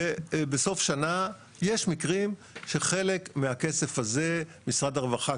ובסוף השנה יש מקרים שחלק מהכסף הזה משרד הרווחה,